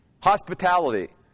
hospitality